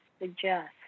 suggest